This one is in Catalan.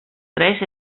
tres